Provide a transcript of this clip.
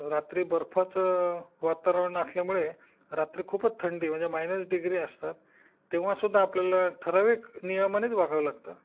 रात्री बर्फाचं वातावरण असल्यामुळे रात्री खूपच थंडी म्हणजे मायनस डिग्री असतात तेव्हासुद्धा आपल्याला ठरविक नियमानेच वागवं लागतं